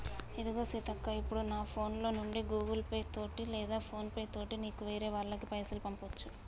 ఇదిగో సీతక్క ఇప్పుడు నా ఫోన్ లో నుండి గూగుల్ పే తోటి లేదా ఫోన్ పే తోటి నీకు వేరే వాళ్ళకి పైసలు పంపొచ్చు